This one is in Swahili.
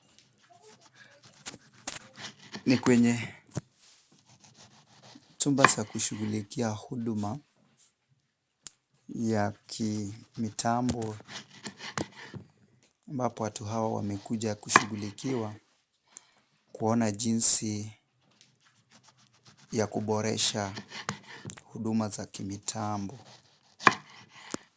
Ni kwenye chumba cha kushughulikia huduma ya kimitambo ambapo watu hawa wamekuja kushughulikiwa kuona jinsi ya kuboresha huduma za kimitambo